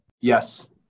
Yes